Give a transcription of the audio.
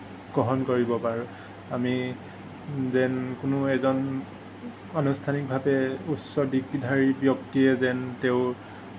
গ্ৰহণ কৰিব পাৰোঁ আমি যেন কোনো এজন অনুস্থানিকভাৱে উচ্চ ডিগ্ৰীধাৰী ব্যক্তিয়ে যেন তেওঁৰ